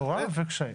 בשורה וקשיים.